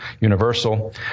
universal